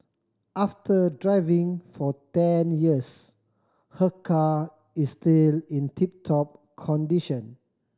after driving for ten years her car is still in tip top condition